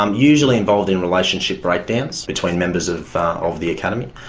um usually involving relationship breakdowns between members of of the academy,